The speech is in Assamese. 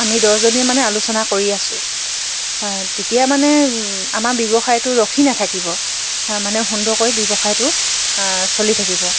আমি দহজনীয়ে মানে আলোচনা কৰি আছো তেতিয়া মানে আমাৰ ব্যৱসায়টো ৰখি নাথাকিব মানে সুন্দৰকৈ ব্যৱসায়টো চলি থাকিব